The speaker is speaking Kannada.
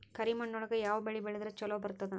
ಕರಿಮಣ್ಣೊಳಗ ಯಾವ ಬೆಳಿ ಬೆಳದ್ರ ಛಲೋ ಬರ್ತದ?